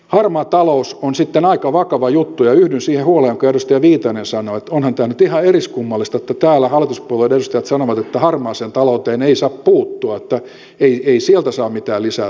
harmaa talous on sitten aika vakava juttu ja yhdyn siihen huoleen jonka edustaja viitanen sanoi että onhan tämä nyt ihan eriskummallista että täällä hallituspuolueiden edustajat sanovat että harmaaseen talouteen ei saa puuttua että ei sieltä saa mitään lisää tuloa ottaa